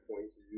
points